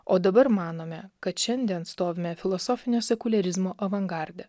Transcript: o dabar manome kad šiandien stovime filosofinio sekuliarizmo avangarde